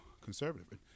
conservative